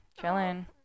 chilling